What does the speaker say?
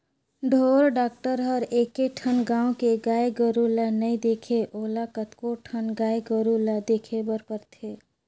ढोर डॉक्टर हर एके ठन गाँव के गाय गोरु ल नइ देखे ओला कतको ठन गाय गोरु ल देखे बर परथे